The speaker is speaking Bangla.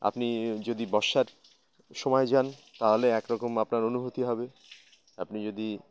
আপনি যদি বর্ষার সময় যান তাহলে এক রকম আপনার অনুভূতি হবে আপনি যদি